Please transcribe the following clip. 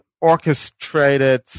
orchestrated